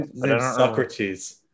Socrates